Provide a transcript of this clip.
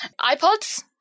iPods